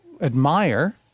admire